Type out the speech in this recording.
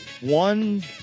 one